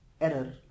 error